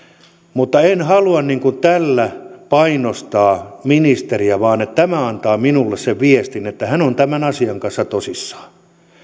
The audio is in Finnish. mutta en halua tällä painostaa ministeriä vaan tämä antaa minulle sen viestin että hän on tämän asian kanssa tosissaan